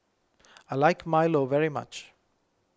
I like Milo very much